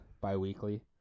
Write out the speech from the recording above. bi-weekly